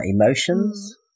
emotions